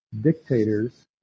dictators